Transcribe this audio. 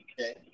Okay